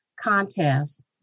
contest